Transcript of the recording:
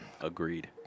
Agreed